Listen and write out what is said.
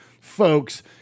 folks